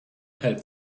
had